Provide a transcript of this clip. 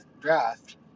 draft